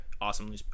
Awesome